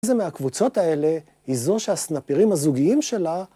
איזה מהקבוצות האלה, היא זו שהסנפירים הזוגיים שלה,